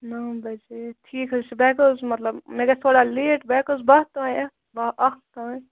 نَو بَجے ٹھیٖک حظ چھُ بہٕ ہیکہٕ حظ مَطلَب مےٚ گَژھِ تھوڑا لیٹ بہٕ ہیکہٕ حظ بَہہ تام ایِتھ بَہہ اَکھ تام